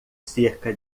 cerca